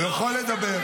הוא יכול לדבר.